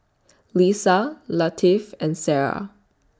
Lisa Latif and Sarah